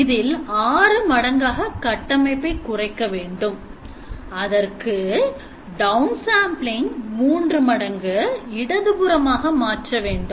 இதில் ஆறு மடங்காக கட்டமைப்பை குறைக்கவேண்டும் அதற்கு down sampling 3 மடங்கு இடதுபுறமாக மாற்ற வேண்டும்